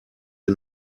wir